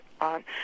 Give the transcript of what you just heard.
on